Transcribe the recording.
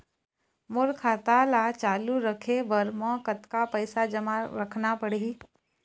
मोर खाता ला चालू रखे बर म कतका पैसा जमा रखना पड़ही?